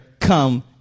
come